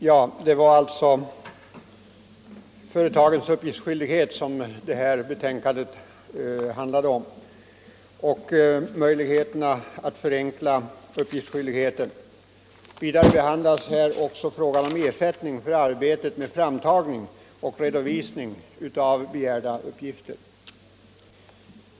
Herr talman! Skatteutskottets betänkande nr 1 behandlar alltså företagens uppgiftsskyldighet och möjligheterna att förenkla uppgiftslämnandet. Vidare behandlas frågan om ersättning för arbetet med framtagning och redovisning av begärda uppgifter.